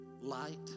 Light